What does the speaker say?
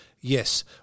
Yes